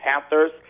Panthers